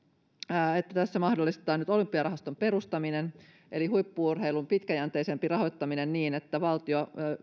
että tässä mahdollistetaan nyt olympiarahaston perustaminen eli huippu urheilun pitkäjänteisempi rahoittaminen niin että valtio